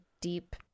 deep